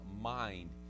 mind